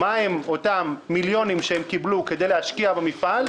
מה הם אותם מיליונים שהם קיבלו כדי להשקיע במפעל,